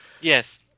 Yes